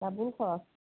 double খৰচ